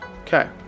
Okay